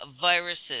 viruses